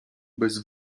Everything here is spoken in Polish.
bez